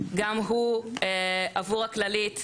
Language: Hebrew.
גם הוא עבור הכללית,